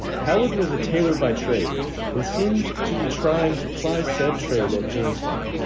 howard was a tailor by trade and seemed to be trying to ply said trade at jamestown.